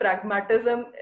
pragmatism